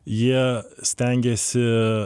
jie stengėsi